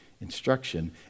instruction